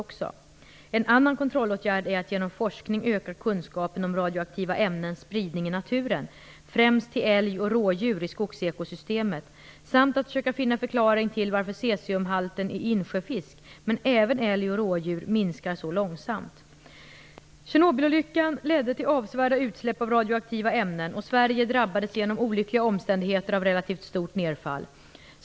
En annan kontrollåtgärd är att genom forskning öka kunskapen om radioaktiva ämnens spridning i naturen, främst till älg och rådjur i skogsekosystemet, samt att försöka finna förklaring till varför cesiumhalten i insjöfisk, men även i älg och rådjur, minskar så långsamt. Tjernobylolyckan ledde till avsevärda utsläpp av radioaktiva ämnen, och Sverige drabbades genom olyckliga omständigheter av relativt stort nedfall.